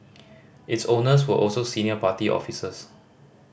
its owners were also senior party officers